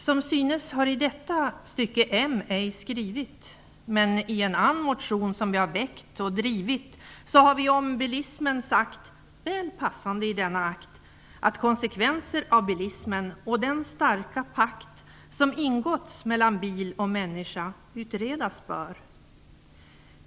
Som synes har i detta stycke M ej skrivit men i en ann motion som vi har väckt och drivit så har vi om bilismen sagt, väl passande i denna akt att konsekvenser av bilismen och den starka pakt som ingåtts mellan bil och människa utredas bör.